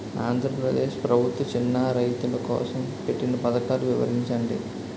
ఆంధ్రప్రదేశ్ ప్రభుత్వ చిన్నా రైతుల కోసం పెట్టిన పథకాలు వివరించండి?